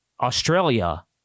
Australia